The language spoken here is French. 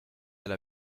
elle